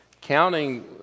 counting